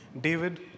David